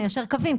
ניישר קווים,